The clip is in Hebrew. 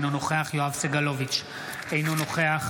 אינו נוכח יואב סגלוביץ' אינו נוכח